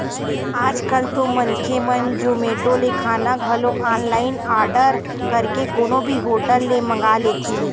आज कल तो मनखे मन जोमेटो ले खाना घलो ऑनलाइन आरडर करके कोनो भी होटल ले मंगा लेथे